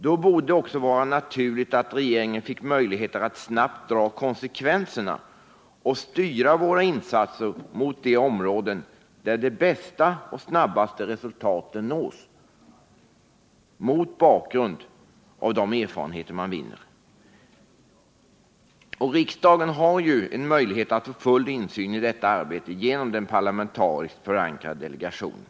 Då borde det också vara naturligt att regeringen får möjligheter att snabbt dra konsekvensen och styra våra insatser mot de områden där de bästa och snabbaste resultaten nås mot bakgrund av de erfarenheter som vunnits. Riksdagen har möjligheter att få full insyn i detta arbete genom den parlamentariskt förankrade delegationen.